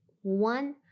one